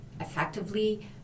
effectively